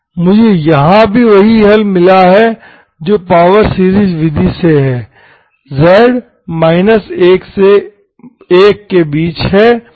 मुझे यहां भी वही हल मिला है जो पावर सीरीज़ विधि से है z 1 से 1 के बीच है